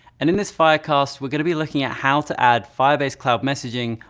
and in this firecast we're going to be looking at how to add firebase cloud messaging,